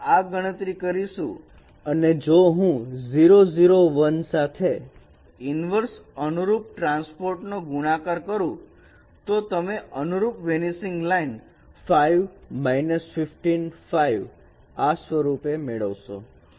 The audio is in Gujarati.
આપણે આ ગણતરી કરીશું અને જો હું સાથે ઈનવર્ષ અનુરૂપ ટ્રાન્સપોર્ટ નો ગુણાકાર કરું તો તમે અનુરૂપ વેનીસિંગ લાઈન આ સ્વરૂપે મેળવશો